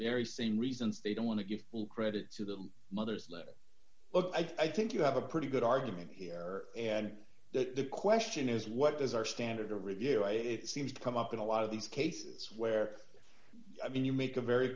very same reasons they don't want to give full credit to the mother's letter but i think you have a pretty good argument here and the question is what does our standard of review it seems to come up in a lot of these cases where i mean you make a very